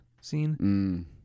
scene